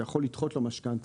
אתה יכול לדחות לו משכנתא.